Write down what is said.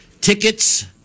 tickets